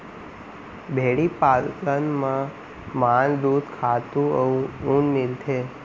भेड़ी पालन म मांस, दूद, खातू अउ ऊन मिलथे